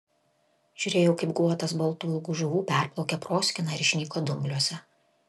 žiūrėjau kaip guotas baltų ilgų žuvų perplaukė proskyną ir išnyko dumbliuose